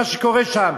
את מה שקורה שם.